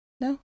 No